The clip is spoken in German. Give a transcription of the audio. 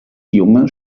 junge